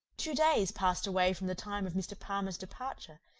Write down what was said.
two days passed away from the time of mr. palmer's departure,